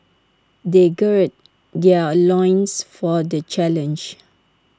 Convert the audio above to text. they gird their loins for the challenge